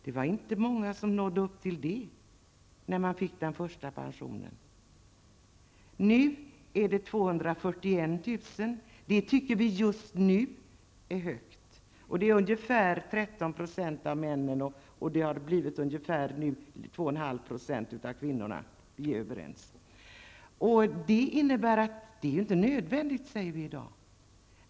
Det var inte många som nådde upp till det, när de första pensionerna betalades ut. Nu ligger det vid 241 000, och det tycker vi just nu är högt. Det är ungefär 13 % av männen och 2,5 % av kvinnorna som berörs -- jag ser att statsrådet och jag är överens om det. Det är inte nödvändigt att höja taket, säger man i dag.